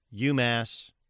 UMass